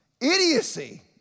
Idiocy